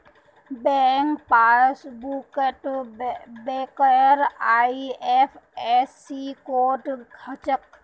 bank पासबुकत बैंकेर IFSC code हछे